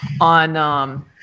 on –